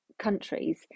countries